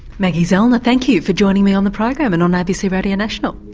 maggie zellner, thank you for joining me on the program and on abc radio national.